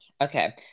Okay